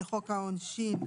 לחוק העונשין,